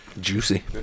Juicy